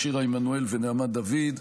שירה עמנואל ונעמה דוד,